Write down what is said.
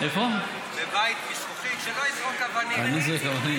שלא יזרוק אבנים,